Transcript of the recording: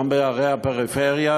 גם בערי הפריפריה,